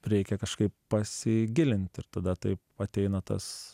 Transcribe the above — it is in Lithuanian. reikia kažkaip pasigilint ir tada taip ateina tas